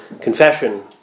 confession